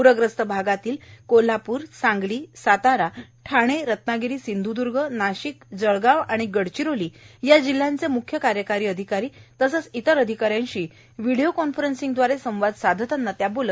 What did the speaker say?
पूरग्रस्त भागातील कोल्हाप्ररए सांगलीए साताराए ठाणेए रत्नागिरीए सिंध्द्रर्गए नाशिकए जळगावए गडचिरोली आदी जिल्ह्यांचे म्ख्य कार्यकारी अधिकारी आणि इतर अधिकाऱ्यांशी व्हीडीओ कॉन्फरन्सिंगद्वारे संवाद साधला